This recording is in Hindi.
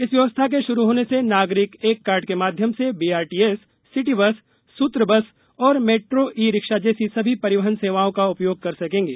इस व्यवस्था के षुरु होने से नागरिक एक कार्ड के माध्यम से BRTS city bus Sutra bus और मेट्रो ई रिक्शा जैसी सभी परिवहन सेवाओं का उपयोग कर सकेंगे